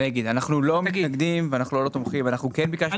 אנחנו לא מתנגדים, רק ביקשנו את הזמן